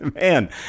Man